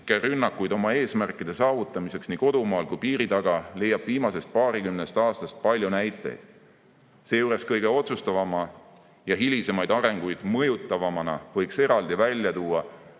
rünnakuid oma eesmärkide saavutamiseks nii kodumaal kui ka piiri taga, leiab viimasest paarikümnest aastast kinnituseks palju näiteid. Seejuures kõige otsustavama ja hilisemat arengut mõjutavamana võiks eraldi välja tuua